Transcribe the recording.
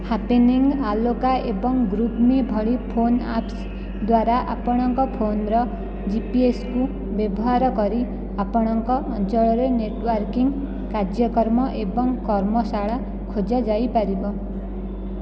happening ଆଲୋକା ଏବଂ group me ଭଳି ଫୋନ ଆପ୍ସ ଦ୍ଵାରା ଆପଣଙ୍କ ଫୋନର ଜିପିଏସ୍କୁ ବ୍ୟବହାର କରି ଆପଣଙ୍କ ଅଞ୍ଚଳରେ ନେଟୱର୍କିଙ୍ଗ କାର୍ଯ୍ୟକ୍ରମ ଏବଂ କର୍ମଶାଳା ଖୋଜା ଯାଇପାରିବ